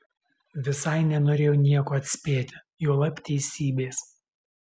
visai nenorėjo nieko atspėti juolab teisybės